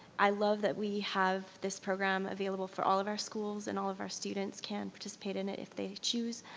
i love that we have this program available for all of our schools and all of our students can participate in it if they choose,